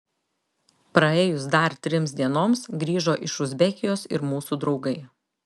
praėjus dar trims dienoms grįžo iš uzbekijos ir mūsų draugai